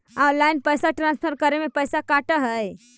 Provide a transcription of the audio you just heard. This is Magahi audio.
ऑनलाइन पैसा ट्रांसफर करे में पैसा कटा है?